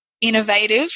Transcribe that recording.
innovative